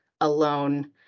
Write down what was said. alone